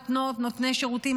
נותנות ונותני שירותים,